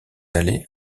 allé